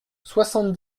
soixante